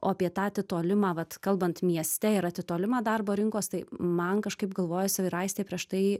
o apie tą atitolimą vat kalbant mieste ir atitolimą darbo rinkos tai man kažkaip galvojasi ir aistė prieš tai